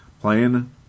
playing